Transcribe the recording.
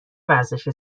ورزش